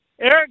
Eric